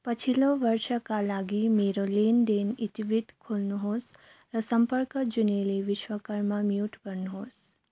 पछिल्लो वर्षका लागि मेरो लेनदेन इतिवृत्त खोल्नुहोस् र सम्पर्क जुनेली विश्वकर्मा म्युट गर्नुहोस्